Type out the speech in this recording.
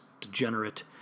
degenerate